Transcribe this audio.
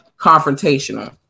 confrontational